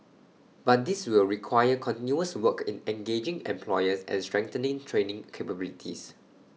but this will require continuous work in engaging employers and strengthening training capabilities